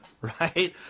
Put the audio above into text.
right